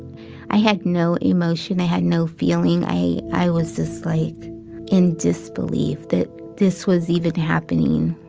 i had no emotion. i had no feeling. i i was just like in disbelief that this was even happening.